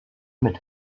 mit